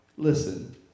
Listen